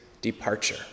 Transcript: departure